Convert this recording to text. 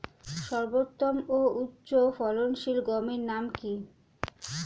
সর্বোত্তম ও উচ্চ ফলনশীল গমের নাম কি?